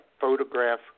photograph